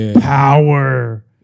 power